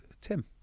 Tim